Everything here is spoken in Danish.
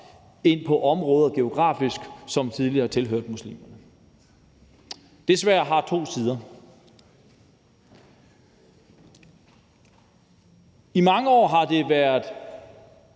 ind på områder, som geografisk tidligere tilhørte muslimer. Det sværd har to sider. I mange år har det været